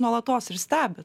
nuolatos stebit